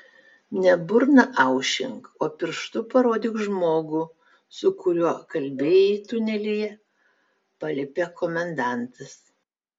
ne burną aušink o pirštu parodyk žmogų su kuriuo kalbėjai tunelyje paliepė komendantas